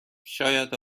شاید